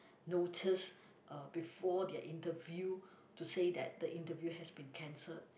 notice uh before their interview to say that the interview has been cancelled